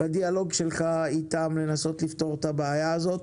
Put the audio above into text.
בדיאלוג שלך איתם צריך לנסות לפתור את הבעיה שלהם.